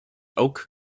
oak